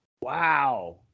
Wow